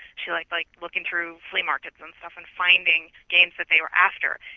she liked like looking through flea markets and stuff and finding games that they were after.